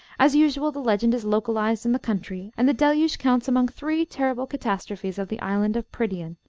as usual, the legend is localized in the country, and the deluge counts among three terrible catastrophes of the island of prydian,